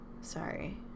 Sorry